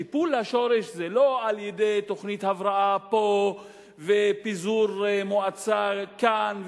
טיפול השורש הוא לא על-ידי תוכנית הבראה פה ופיזור מועצה כאן,